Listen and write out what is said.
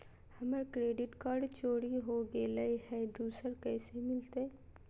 हमर credit card चोरी हो गेलय हई, दुसर कैसे मिलतई?